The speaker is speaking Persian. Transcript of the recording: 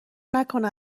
نکنه